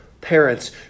parents